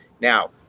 Now